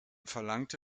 verlangte